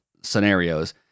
Scenarios